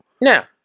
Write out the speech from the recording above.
Now